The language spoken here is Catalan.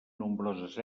nombroses